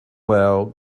well